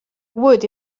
would